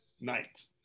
night